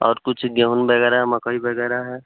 और कुछ गेहूँ वगैरह मकई वगैरह है